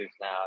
now